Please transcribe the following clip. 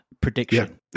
prediction